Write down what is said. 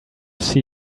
see